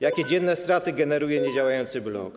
Jakie dzienne straty generuje niedziałający blok?